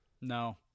No